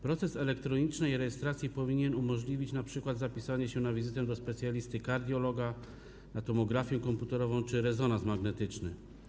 Proces elektronicznej rejestracji powinien umożliwić np. zapisanie się na wizytę do specjalisty kardiologa, na tomografię komputerową czy rezonans magnetyczny.